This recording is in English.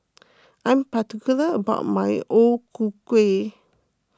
I'm particular about my O Ku Kueh